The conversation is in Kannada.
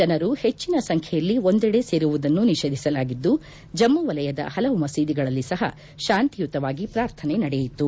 ಜನರು ಹೆಚ್ಚಿನ ಸಂಖ್ಯೆಯಲ್ಲಿ ಒಂದೆಡೆ ಸೇರುವುದನ್ನು ನಿಷೇಧಿಸಲಾಗಿದ್ದು ಜಮ್ಮು ವಲಯದ ಹಲವು ಮಸೀದಿಗಳಲ್ಲಿ ಸಹ ಶಾಂತಿಯುತವಾಗಿ ಪ್ರಾರ್ಥನೆ ನಡೆಯಿತು